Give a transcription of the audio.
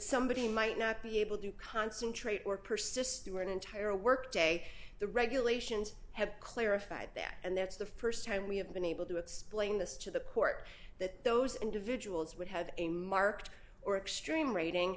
somebody might not be able to concentrate or persist through an entire work day the regulations have clarified that and that's the st time we have been able to explain this to the court that those individuals would have a marked or extreme rating